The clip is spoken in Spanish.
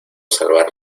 salvar